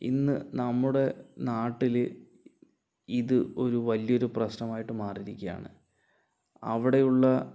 ഇന്ന് നമ്മുടെ നാട്ടില് ഇത് വലിയ ഒരു പ്രശ്നമായിട്ട് മാറിയിരിക്കുകയാണ് അവിടെയുള്ള